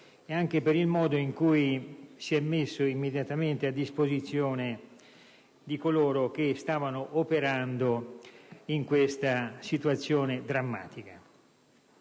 e anche per il modo in cui si è messo immediatamente a disposizione di coloro che stavano operando in questa situazione drammatica.